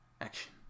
action